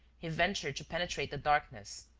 he ventured to penetrate the darkness,